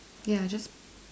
yeah